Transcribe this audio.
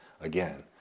again